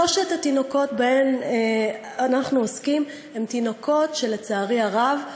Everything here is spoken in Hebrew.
שלושת התינוקות שבהם אנחנו עוסקים, לצערי הרב,